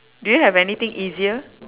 do you have anything easier